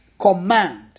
command